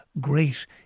great